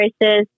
races